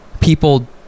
people